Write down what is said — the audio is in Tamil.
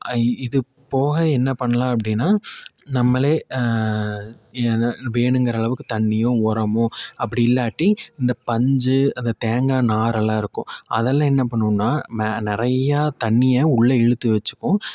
ஐ இது போக என்ன பண்ணலாம் அப்படின்னா நம்மளே ஏதாவது வேணுங்கிற அளவுக்கு தண்ணியும் உரமும் அப்படி இல்லாட்டி இந்த பஞ்சு அந்த தேங்காய் நாரெல்லாம் இருக்கும் அதெல்லாம் என்ன பண்ணுவோம்னா மேலே நிறையா தண்ணியை உள்ளே இழுத்து வச்சுக்கும்